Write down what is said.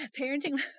Parenting